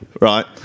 right